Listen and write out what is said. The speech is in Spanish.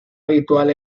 habitual